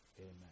amen